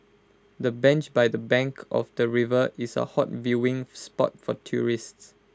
the bench by the bank of the river is A hot viewing spot for tourists